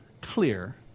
clear